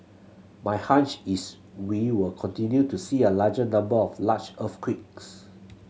my hunch is we will continue to see a larger number of large earthquakes